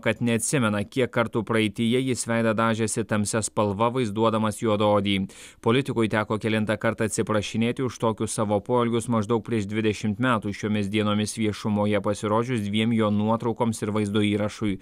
kad neatsimena kiek kartų praeityje jis veidą dažėsi tamsia spalva vaizduodamas juodaodį politikui teko kelintą kartą atsiprašinėti už tokius savo poelgius maždaug prieš dvidešimt metų šiomis dienomis viešumoje pasirodžius dviem jo nuotraukoms ir vaizdo įrašui